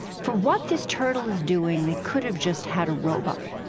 for what this turtle is doing, they could have just had a robot.